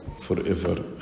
forever